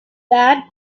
that